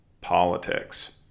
politics